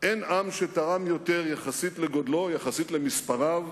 אין עם שתרם יותר, יחסית לגודלו, יחסית למספריו,